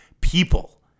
people